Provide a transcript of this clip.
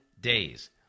days